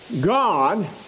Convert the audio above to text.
God